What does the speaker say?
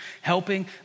helping